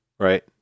Right